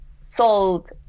sold